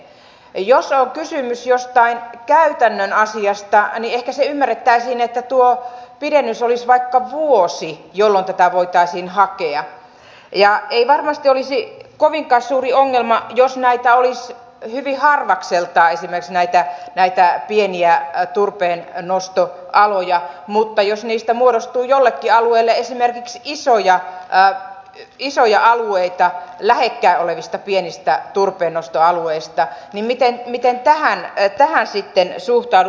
jos on kysymys jostain käytännön asiasta niin ehkä se ymmärrettäisiin että tuo pidennys olisi vaikka vuosi jolloin tätä voitaisiin hakea ja ei varmasti olisi kovinkaan suuri ongelma jos esimerkiksi näitä pieniä turpeennostoaloja olisi hyvin harvakseltaanisimme näitä näyttää jäävän turpeen nosto harvakseltaan mutta jos niistä muodostuu jollekin alueelle esimerkiksi isoja alueita lähekkäin olevista pienistä turpeennostoalueista niin miten tähän sitten suhtaudutaan